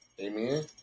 Amen